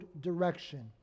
direction